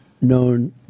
known